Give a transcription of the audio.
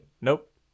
Nope